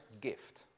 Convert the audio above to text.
gift